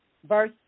Verse